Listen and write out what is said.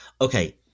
okay